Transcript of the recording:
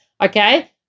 Okay